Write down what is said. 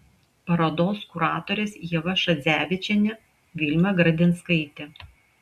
parodos kuratorės ieva šadzevičienė vilma gradinskaitė